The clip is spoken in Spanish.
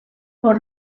por